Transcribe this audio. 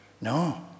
no